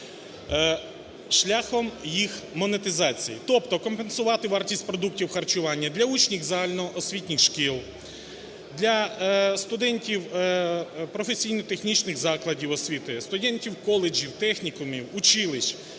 шляхом їх монетизації. Тобто компенсувати вартість продуктів харчування для учнів загальноосвітніх шкіл, для студентів професійно-технічних закладів освіти, студентів коледжів, технікумів, училищ,